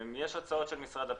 יש הצעות של משרד הפנים,